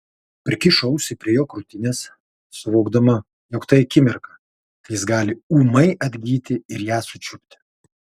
prikišo ausį prie jo krūtinės suvokdama jog tai akimirka kai jis gali ūmai atgyti ir ją sučiupti